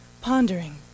pondering